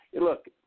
Look